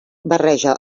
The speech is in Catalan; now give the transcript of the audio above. barreja